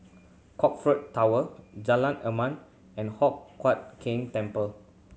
Crockford Tower Jalan Enam and Hock Huat Keng Temple